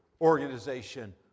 organization